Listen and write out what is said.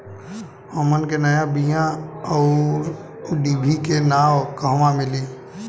हमन के नया बीया आउरडिभी के नाव कहवा मीली?